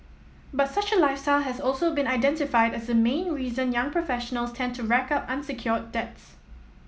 but such a lifestyle has also been identified as the main reason young professionals tend to rack up unsecured debts